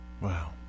Wow